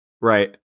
Right